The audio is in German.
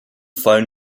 fall